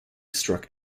struck